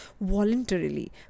voluntarily